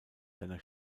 seiner